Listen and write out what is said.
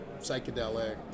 psychedelic